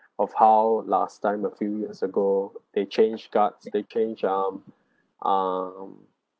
of how last time a few years ago they changed guards they changed um um